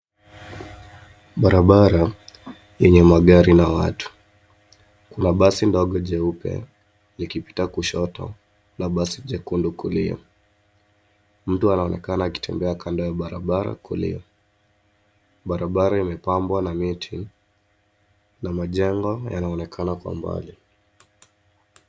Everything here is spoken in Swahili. Barabara yenye magari na watu. Kuna basi dogo jeupe, likipita kushoto, na basi jekundu kulia. Mtu anaonekana akitembea kando ya barabara kulia. Barabara imepambwa na miti na majengo yanaonekana kwa mbali.